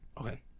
Okay